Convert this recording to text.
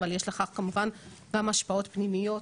אבל יש לכך כמובן גם השפעות פנימיות